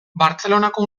bartzelonako